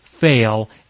fail